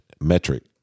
metric